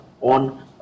on